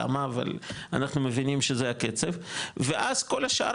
למה ואנחנו מבינים שזה הקצב ואז כל השאר,